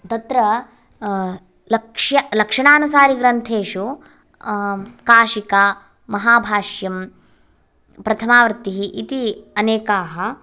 तत्र लक्ष्य लक्षाणुसारिग्रन्थेषु काशिका महाभाष्यं प्रथमावृत्तिः इति अनेकाः